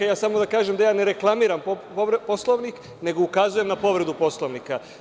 Ja samo da kažem da ja ne reklamiram povredu Poslovnika, nego ukazujem na povredu Poslovnika.